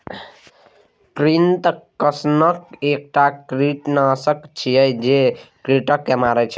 कृंतकनाशक एकटा कीटनाशक छियै, जे कृंतक के मारै छै